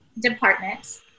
department